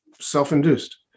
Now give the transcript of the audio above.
self-induced